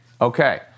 okay